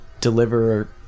deliver